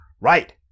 Right